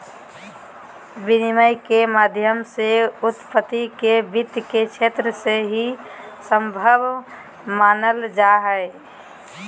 विनिमय के माध्यमों के उत्पत्ति के वित्त के क्षेत्र से ही सम्भव मानल जा हइ